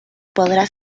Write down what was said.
podrá